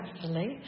thankfully